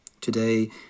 Today